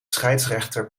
scheidsrechter